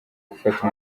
gufata